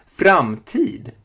framtid